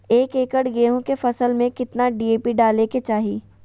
एक एकड़ गेहूं के फसल में कितना डी.ए.पी डाले के चाहि?